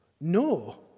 no